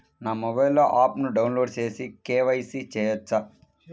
నా మొబైల్లో ఆప్ను డౌన్లోడ్ చేసి కే.వై.సి చేయచ్చా?